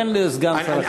תן לסגן שר החינוך לענות.